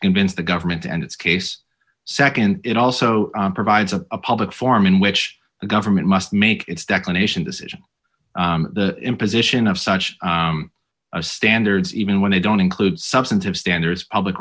convince the government and its case nd it also provides a public forum in which the government must make its declaration decision the imposition of such standards even when they don't include substantive standards public